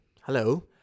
Hello